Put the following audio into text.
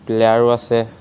প্লেয়াৰো আছে